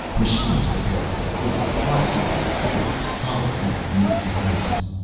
machines prepared their food, harvested their fields, hollowed out new dwellings.